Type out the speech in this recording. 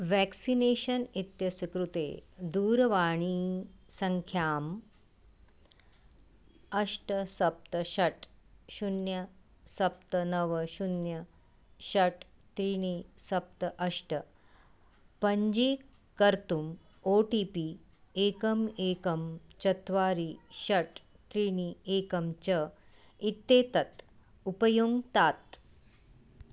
vaccination इत्यस्य कृते दूरवाणिसङ्ख्याम् अष्ट सप्त षट् शून्यं सप्त नव शून्यं षट् त्रीणि सप्त अष्ट पञ्जीकर्तुम् ओ टि पि एकम् एकं चत्वारि षट् त्रीणि एकं च इत्येतत् उपयुङ्क्तात्